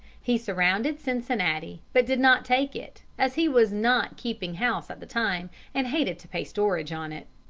he surrounded cincinnati, but did not take it, as he was not keeping house at the time and hated to pay storage on it.